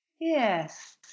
Yes